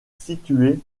situé